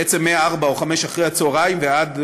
בעצם מ-16:00 או 17:00 אחר הצוהריים ועד,